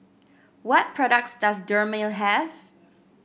what products does Dermale have